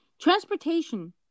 Transportation